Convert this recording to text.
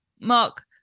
Mark